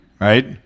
right